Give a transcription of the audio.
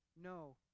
no